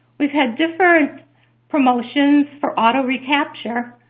we've had different promotions for auto recapture.